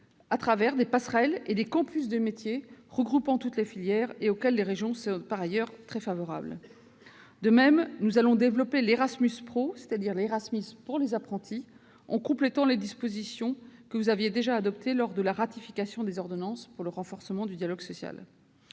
à travers des passerelles et les campus des métiers regroupant toutes les filières, un dispositif auquel les régions sont très favorables. De même, nous allons développer l'« Erasmus pro », c'est-à-dire Erasmus pour les apprentis, en complétant les dispositions que vous aviez adoptées lors de la ratification des ordonnances pour le renforcement du dialogue social.